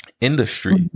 industry